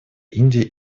индия